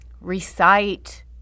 recite